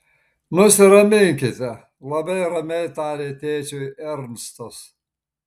nusiraminkite labai ramiai tarė tėčiui ernstas